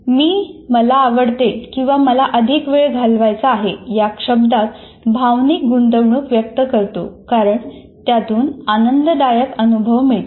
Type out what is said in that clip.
मी 'मला आवडते' किंवा 'मला अधिक वेळ घालवायचा आहे' या शब्दात भावनिक गुंतवणूक व्यक्त करतो कारण त्यातून आनंददायक अनुभव मिळतात